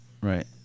Right